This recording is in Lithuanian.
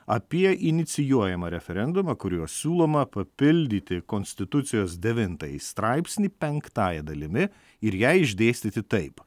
apie inicijuojamą referendumą kuriuo siūloma papildyti konstitucijos devintąjį straipsnį penktąja dalimi ir ją išdėstyti taip